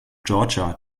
georgia